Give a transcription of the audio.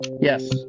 yes